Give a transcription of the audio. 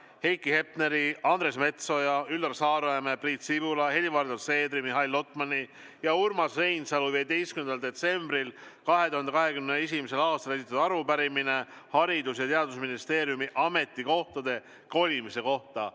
Heiki Hepneri, Andres Metsoja, Üllar Saaremäe, Priit Sibula, Helir-Valdor Seederi, Mihhail Lotmani ja Urmas Reinsalu 15. detsembril 2021. aastal esitatud arupärimine Haridus- ja Teadusministeeriumi ametikohtade kolimise kohta.